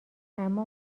اما